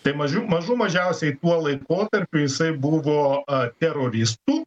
tai mažių mažų mažiausiai tuo laikotarpiu jisai buvo teroristų